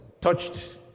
touched